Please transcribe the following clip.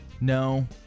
No